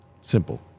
simple